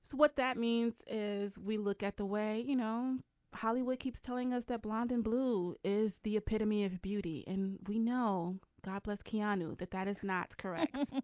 what that means is we look at the way you know hollywood keeps telling us they're blond and blue is the epitome of beauty and we know god bless keanu. that that is not correct.